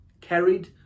Carried